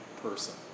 person